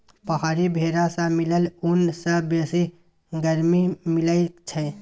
पहाड़ी भेरा सँ मिलल ऊन सँ बेसी गरमी मिलई छै